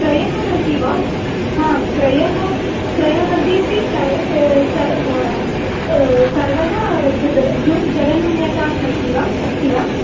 त्रयः सन्ति वा हा त्रयः त्रयाणां मध्येपि सा सर्वदा ज जलनून्यता सन्ति वा अस्ति वा